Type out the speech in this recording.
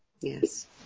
Yes